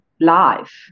life